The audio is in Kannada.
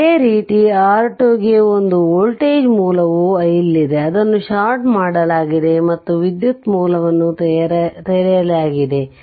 ಅದೇ ರೀತಿ R2 ಗೆ ಒಂದು ವೋಲ್ಟೇಜ್ ಮೂಲವು ಇಲ್ಲಿದೆ ಅದನ್ನು ಷಾರ್ಟ್ ಮಾಡಲಾಗಿದೆ ಮತ್ತು ವಿದ್ಯುತ್ ಮೂಲವನ್ನು ತೆರೆಯಲಾಗಿದೆ